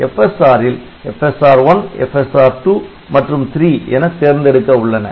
FSR ல் FSR 1 FSR 2 மற்றும் 3 என தேர்ந்தெடுக்க உள்ளன